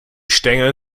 stängel